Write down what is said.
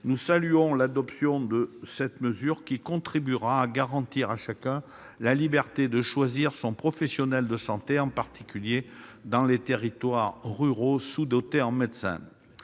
Nous saluons l'adoption de cette mesure, qui contribuera à garantir à chacun la liberté de choisir son professionnel de santé, en particulier dans les territoires ruraux sous-dotés en médecins.